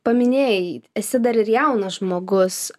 paminėjai esi dar ir jaunas žmogus